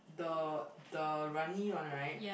the the runny one right